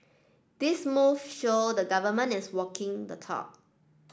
these moves show the Government is walking the talk